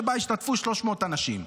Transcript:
שבה השתתפו 300 אנשים.